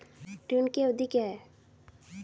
ऋण की अवधि क्या है?